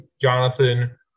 Jonathan